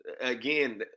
again